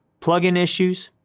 plugin issues,